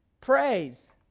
Praise